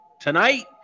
Tonight